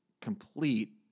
complete